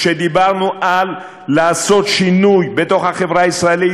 כשדיברנו על לעשות שינוי בתוך החברה הישראלית,